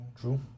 True